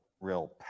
real